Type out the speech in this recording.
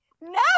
No